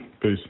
Peace